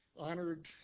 honored